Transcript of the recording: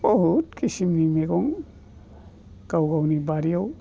बुहुद किसुनि मैगं गाव गावनि बारियाव